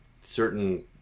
certain